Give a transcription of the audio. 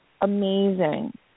amazing